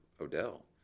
Odell